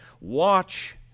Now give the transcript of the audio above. Watch